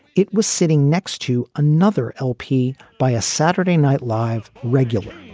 it was sitting next to another lp by a saturday night live regular.